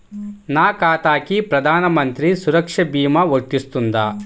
నా ఖాతాకి ప్రధాన మంత్రి సురక్ష భీమా వర్తిస్తుందా?